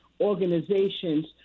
organizations